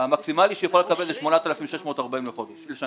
המקסימלי שהיא יכולה לקבל זה 8,640 שקל לשנה.